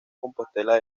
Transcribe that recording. compostela